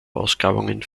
ausgrabungen